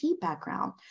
background